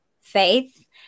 faith